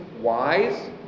wise